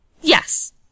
Yes